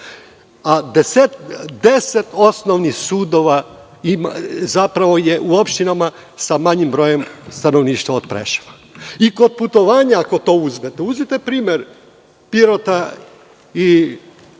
Deset osnovnih sudova zapravo je u opštinama sa manjim brojem stanovništva od Preševa. Kod putovanja ako to uzmete. Uzmite primer Pirota i